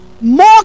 more